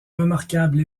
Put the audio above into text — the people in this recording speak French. remarquable